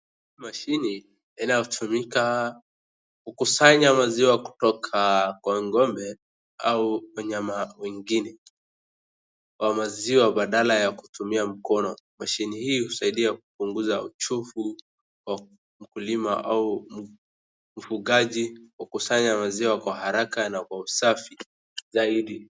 Machine inayotumika kukusanya maziwa kutoka kwa ngombe au wanyama wengine wa maziwa badala ya kutumia mkono. Machine hii husaidia kupunguza uchofu wa mkulima au mfugaji kwa kukusanya maziwa kwa haraka na kwa usafi zaidi.